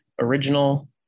original